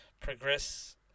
progress